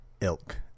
ilk